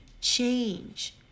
change